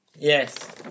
Yes